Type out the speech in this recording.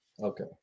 Okay